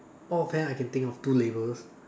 off hand I can think of two labels